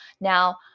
Now